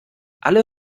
alle